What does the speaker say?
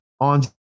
on